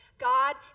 God